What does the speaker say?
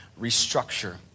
restructure